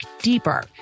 deeper